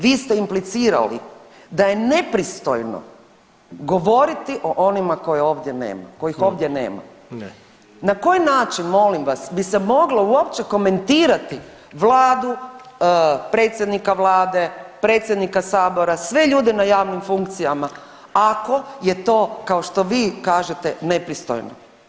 Vi ste implicirali da je nepristojno govoriti o onima kojih ovdje nama [[Upadica predsjednik: Ne.]] Na koji način molim vas bi se moglo uopće komentirati vladu, predsjednika vlade, predsjednika sabora, sve ljude na javnim funkcijama ako je to kao što vi kažete nepristojno?